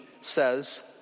says